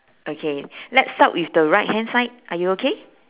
okay let's start with the right hand side are you okay